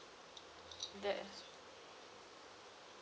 that